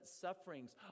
sufferings